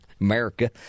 America